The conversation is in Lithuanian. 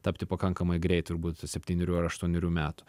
tapti pakankamai greit turbūt septynerių ar aštuonerių metų